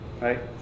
right